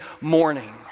morning